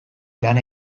lan